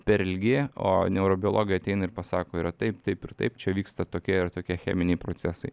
per ilgi o neurobiologai ateina ir pasako yra taip taip ir taip čia vyksta tokie ir tokie cheminiai procesai